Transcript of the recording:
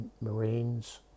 marines